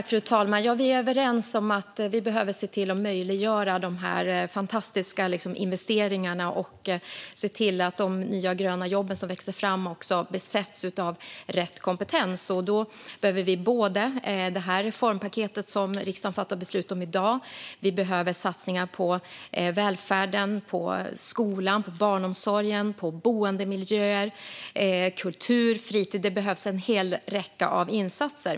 Fru talman! Ja, vi är överens om att vi behöver möjliggöra de här fantastiska investeringarna och se till att de nya gröna jobben som växer fram också besätts med rätt kompetens. Då behöver vi reformpaketet som riksdagen fattar beslut om i dag. Vi behöver satsningar på välfärden, på skolan, på barnomsorgen, på boendemiljöer och på kultur och fritid. Det behövs en hel räcka av insatser.